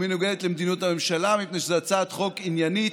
היא מנוגדת למדיניות הממשלה מפני שזאת הצעת חוק עניינית,